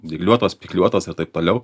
dygliuotos spygliuotos ir taip toliau